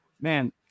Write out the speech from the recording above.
Man